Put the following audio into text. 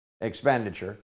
expenditure